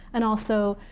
and also,